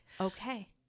Okay